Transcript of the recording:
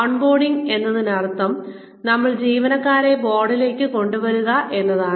on boarding എന്നതിനർത്ഥം നമ്മൾ ജീവനക്കാരെ ബോർഡിലേക്ക് കൊണ്ടുവരിക എന്നാണ്